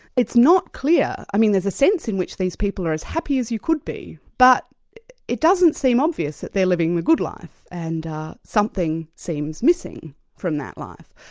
it's not clear, i mean there's a sense in which these people are as happy as you could be, but it doesn't seem obvious that they're living the good life, and something seems missing from that life.